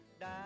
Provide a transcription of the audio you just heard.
die